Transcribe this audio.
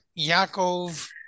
Yaakov